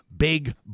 big